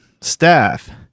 staff